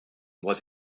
was